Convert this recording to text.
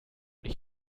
nicht